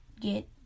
get